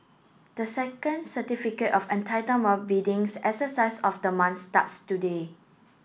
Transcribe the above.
the second Certificate of Entitlement biddings exercise of the month starts today